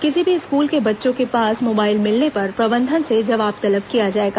किसी भी स्कूल के बच्चों के पास मोबाइल मिलने पर प्रबंधन से जवाब तलब किया जाएगा